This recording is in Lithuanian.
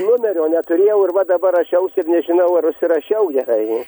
numerio neturėjau ir va dabar rašiausi ir nežinau ar užsirašiau gerai